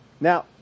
Now